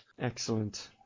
excellent